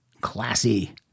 classy